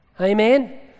Amen